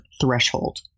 threshold